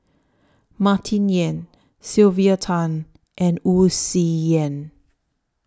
Martin Yan Sylvia Tan and Wu Tsai Yen